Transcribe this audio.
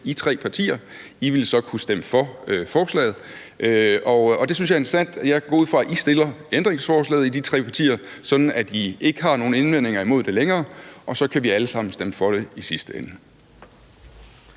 I tre partier kunne stemme for forslaget, og det synes jeg er interessant. Jeg går ud fra, at I tre partier stiller ændringsforslaget, sådan at I ikke har nogen indvendinger imod det længere, og så kan vi alle sammen stemme for det i sidste ende.